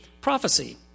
prophecy